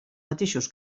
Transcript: mateixos